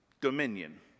Dominion